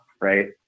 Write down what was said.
right